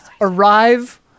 arrive